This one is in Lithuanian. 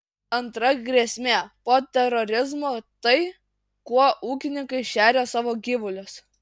antra grėsmė po terorizmo tai kuo ūkininkai šeria savo gyvulius